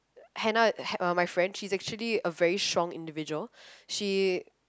Hannah uh my friend she's actually a very strong individual she